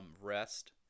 rest